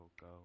go